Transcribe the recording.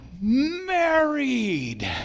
married